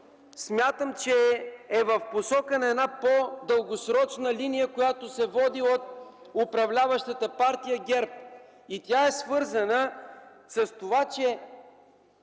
смятам, че е в посока на една по-дългосрочна линия, която се води от управляващата партия ГЕРБ. И тя е свързана с това, че